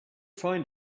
find